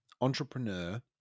entrepreneur